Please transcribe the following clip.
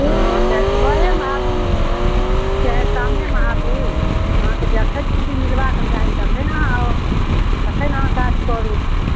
हँ हँ तऽ सुबहेमे आबू चाहे शामेमे आबू अहाँके जखन छुट्टी मिलबाक चाही तखन अहाँ आउ तखन अहाँ काज करू